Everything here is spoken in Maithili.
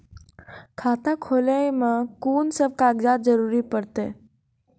खाता खोलै मे कून सब कागजात जरूरत परतै?